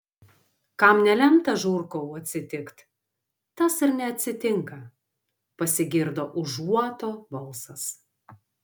kam nelemta žurkau atsitikt tas ir neatsitinka pasigirdo užuoto balsas